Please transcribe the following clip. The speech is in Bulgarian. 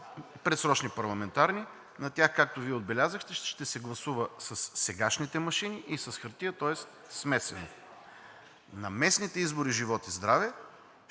предсрочни парламентарни, на тях, както Вие отбелязахте, ще се гласува със сегашните машини и с хартия, тоест смесено. На местните избори, живот и здраве,